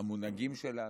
המונהגים שלנו.